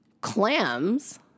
clams